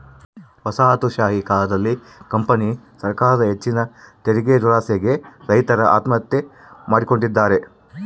ವಸಾಹತುಶಾಹಿ ಕಾಲದಲ್ಲಿ ಕಂಪನಿ ಸರಕಾರದ ಹೆಚ್ಚಿನ ತೆರಿಗೆದುರಾಸೆಗೆ ರೈತರು ಆತ್ಮಹತ್ಯೆ ಮಾಡಿಕೊಂಡಿದ್ದಾರೆ